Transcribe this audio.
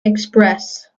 express